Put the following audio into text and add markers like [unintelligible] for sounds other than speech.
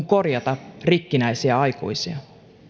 [unintelligible] korjata rikkinäisiä aikuisia